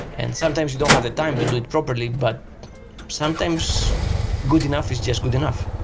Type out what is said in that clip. and sometimes you don't have the time to do it properly, but sometimes good enough is just good enough,